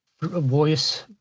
voice